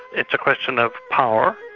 it's a question of power